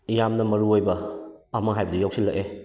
ꯌꯥꯝꯅ ꯃꯔꯨ ꯑꯣꯏꯕ ꯑꯃ ꯍꯥꯏꯕꯗꯣ ꯌꯧꯁꯜꯂꯛꯑꯦ